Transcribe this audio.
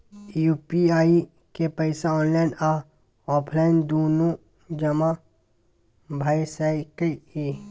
UPI के पैसा online आ ऑफलाइन दुनू जमा भ सकै इ?